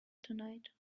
tonight